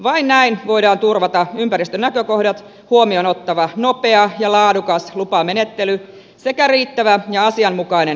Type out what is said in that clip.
vain näin voidaan turvata ympäristönäkökohdat huomioon ottava nopea ja laadukas lupamenettely sekä riittävä ja asianmukainen valvonta